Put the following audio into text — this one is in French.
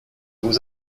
vous